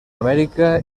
amèrica